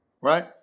right